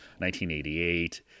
1988